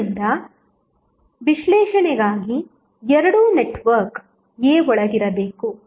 ಆದ್ದರಿಂದ ವಿಶ್ಲೇಷಣೆಗಾಗಿ ಎರಡೂ ನೆಟ್ವರ್ಕ್ a ಒಳಗೆ ಇರಬೇಕು